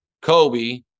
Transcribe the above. Kobe